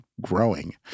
growing